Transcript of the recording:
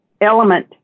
element